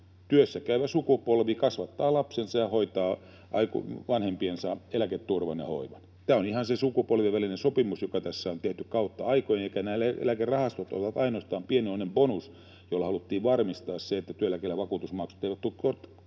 työssäkäyvä sukupolvi kasvattaa lapsensa ja hoitaa vanhempiensa eläketurvan ja hoivan. Tämä on ihan se sukupolvien välinen sopimus, joka tässä on tehty kautta aikojen, ja eläkerahastot ovat ainoastaan pienoinen bonus, jolla haluttiin varmistaa se, että työeläkevakuutusmaksut eivät tule kovin